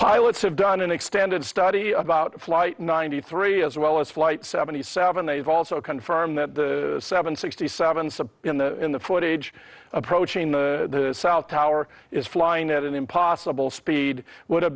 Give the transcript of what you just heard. pilots have done an extended study about flight ninety three as well as flight seventy seven they've also confirmed that the seven sixty seven some in the in the footage approaching the south tower is flying at an impossible speed would have